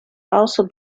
also